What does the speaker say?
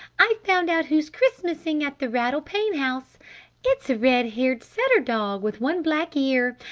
i've found out who's christmasing at the rattle-pane house it's a red-haired setter dog with one black ear!